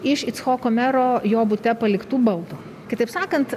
iš icchoko mero jo bute paliktų baldų kitaip sakant